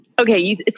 Okay